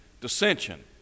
dissension